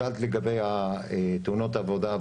שאלת לגבי תאונות העבודה,